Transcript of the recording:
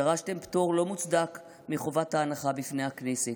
דרשתם פטור לא מוצדק מחובת ההנחה בפני הכנסת,